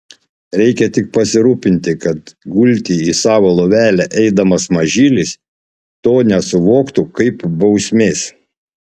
reikia tik pasirūpinti kad gulti į savo lovelę eidamas mažylis to nesuvoktų kaip bausmės